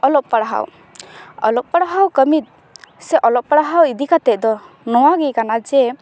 ᱚᱞᱚᱜ ᱯᱲᱦᱟᱣ ᱚᱞᱚᱜ ᱯᱟᱲᱦᱟᱣ ᱠᱟᱹᱢᱤ ᱥᱮ ᱚᱞᱚᱜ ᱯᱟᱲᱦᱟᱣ ᱤᱫᱤ ᱠᱟᱛᱮᱫ ᱫᱚ ᱱᱚᱶᱟᱜᱮ ᱠᱟᱱᱟ ᱡᱮ